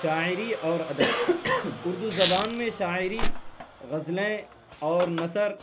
شاعری اور ادب اردو زبان میں شاعری غزلیں اور نثر